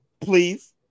Please